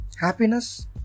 happiness